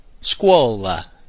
Scuola